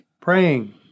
praying